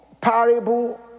parable